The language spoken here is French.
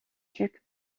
duc